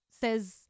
says